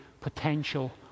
potential